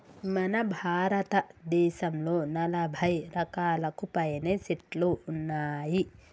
మన భారతదేసంలో నలభై రకాలకు పైనే సెట్లు ఉన్నాయి